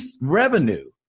revenue